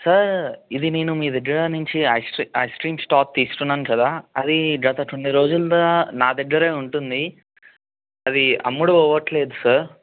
sir ఇది నేను మీ దగ్గర నుంచి ice cream ice cream stock తీసుకున్నాను కదా అది గత కొన్ని రోజులగా నా దగ్గరే ఉంటుంది అది అమ్ముడు పోవట్లేదు సర్